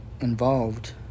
involved